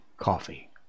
Coffee